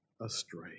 astray